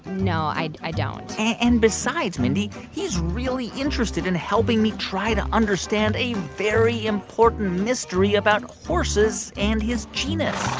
no, i i don't and besides, mindy, he's really interested in helping me try to understand a very important mystery about horses and his genus